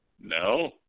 No